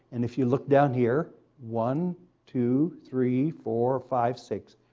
and if you look down here, one two three four five six,